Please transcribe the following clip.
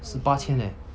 十八千 leh